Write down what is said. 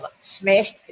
smashed